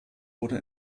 wurde